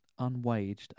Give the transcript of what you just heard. Unwaged